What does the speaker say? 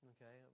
Okay